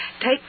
take